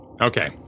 Okay